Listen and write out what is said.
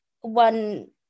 one